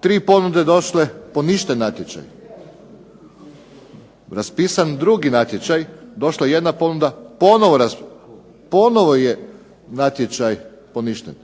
tri ponude došle, poništen natječaj. Raspisan drugi natječaj, došla jedna ponuda, ponovo je natječaj poništen.